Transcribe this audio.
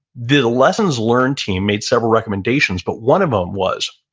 the the lessons learned team made several recommendations, but one of them was